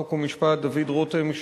חוק ומשפט דוד רותם,